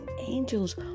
angels